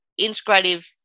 integrative